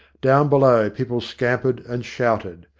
down below people scampered and shouted.